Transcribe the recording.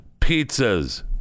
pizzas